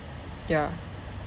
ya